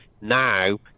Now